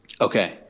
Okay